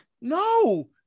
no